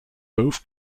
both